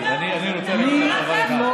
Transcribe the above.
תשמעי, אני רוצה להגיד לך דבר אחד, תני לו לנאום.